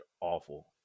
awful